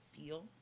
feel